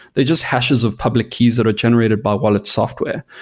they're just hashes of public keys that are generated by wallet software.